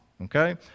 Okay